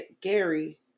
Gary